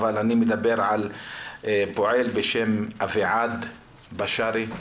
אבל אני מדבר על פועל בשם אביעד בשארי,